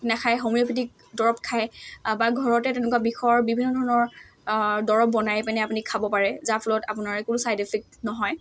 নাখায় হোমিঅ'পেথিক দৰৱ খায় বা ঘৰতে তেনেকুৱা বিষয়ৰ বিভিন্ন ধৰণৰ দৰৱ বনাই পিনে আপুনি খাব পাৰে যাৰ ফলত আপোনাৰ কোনো ছাইড এফেক্ট নহয়